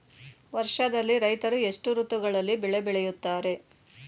ವರ್ಷದಲ್ಲಿ ರೈತರು ಎಷ್ಟು ಋತುಗಳಲ್ಲಿ ಬೆಳೆ ಬೆಳೆಯುತ್ತಾರೆ?